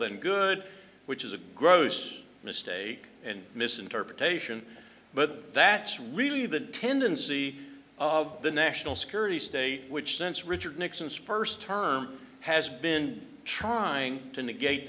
than good which is a gross mistake and misinterpretation but that's really the tendency of the national security state which since richard nixon spurs term has been trying to negate